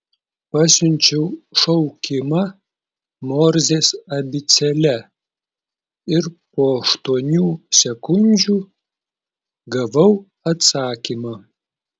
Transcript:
pasiunčiau šaukimą morzės abėcėle ir po aštuonių sekundžių gavau atsakymą